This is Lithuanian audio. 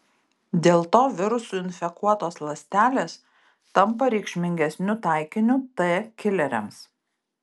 dėl to virusų infekuotos ląstelės tampa reikšmingesniu taikiniu t kileriams